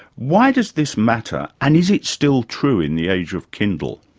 why does this matter and is it still true in the age of kindle?